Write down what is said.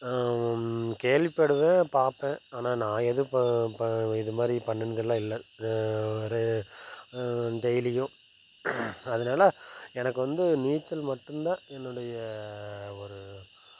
கேள்விப்படுவேன் பார்ப்பேன் ஆனால் நான் ஏதும் ப ப இது மாதிரி பண்ணினதுலாம் இல்லை வேறு டெய்லியும் அதனால எனக்கு வந்து நீச்சல் மட்டும் தான் என்னுடைய ஒரு